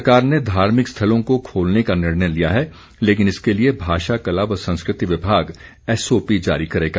सरकार ने धार्मिक स्थलों को खोलने का निर्णय लिया है लेकिन इसके लिए भाषा कला व संस्कृति विभाग एसओपी जारी करेगा